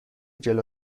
جلو